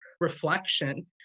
reflection